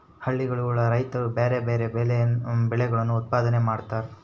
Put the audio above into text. ಹಳ್ಳಿಗುಳಗ ರೈತ್ರು ಬ್ಯಾರೆ ಬ್ಯಾರೆ ಬೆಳೆಗಳನ್ನು ಉತ್ಪಾದನೆ ಮಾಡತಾರ